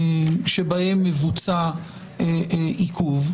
שבהם מבוצע עיכוב?